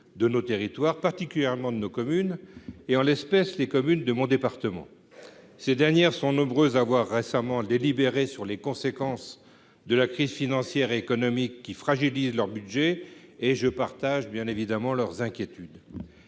de nos territoires, particulièrement de nos communes, et, en l'espèce, de celles de mon département. En effet, elles sont nombreuses à avoir récemment délibéré sur les conséquences de la crise financière et économique, qui fragilise leur budget, et je partage bien évidemment leurs inquiétudes.